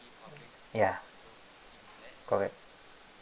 ya correct